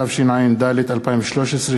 התשע"ד 2013,